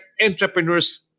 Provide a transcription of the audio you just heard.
entrepreneurs